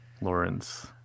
Lawrence